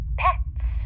pets